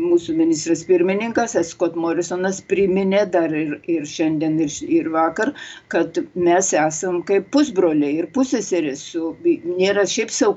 mūsų ministras pirmininkas skot morisonas priminė dar ir ir šiandien ir ir vakar kad mes esam kaip pusbroliai ir pusseserės su nėra šiaip sau